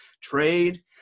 trade